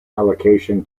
allocation